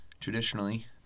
Traditionally